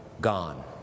gone